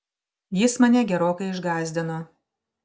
jis mane gerokai išgąsdino